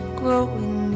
growing